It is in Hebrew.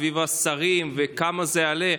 סביב השרים וכמה זה יעלה,